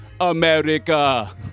America